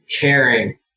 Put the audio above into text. caring